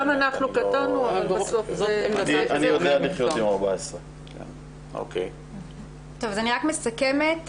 אני יודע לחיות עם 14. אז אני רק מסכמת: